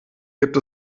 gibt